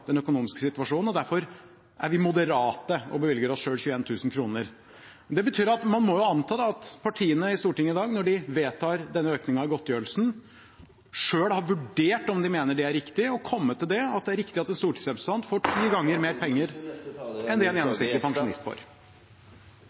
den økonomiske situasjonen. Derfor er vi moderate og bevilger oss selv 21 000 kr. Det betyr at man må anta at partiene i Stortinget i dag, når de vedtar denne økningen av godtgjørelsen, selv har vurdert om de mener det er riktig, og kommet til at det er riktig at en stortingsrepresentant får Da er taletiden ute. Det er tydeligvis mange saker man kan ta opp i en